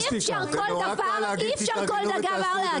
אי-אפשר כל דבר להגיד אל תספרו סיפורים.